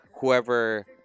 whoever